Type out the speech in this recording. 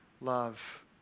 love